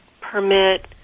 permit